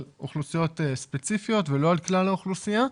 אוכלוסיות ספציפיות ולא על כלל האוכלוסייה.